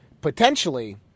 Potentially